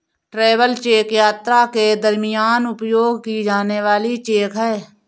travel cheque यात्रा के दरमियान उपयोग की जाने वाली चेक है